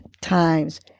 times